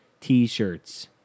T-shirts